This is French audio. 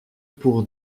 pour